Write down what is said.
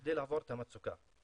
בכדי לעבור את המצוקה.